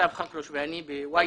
ניצב חכרוש ואני ב-Ynet.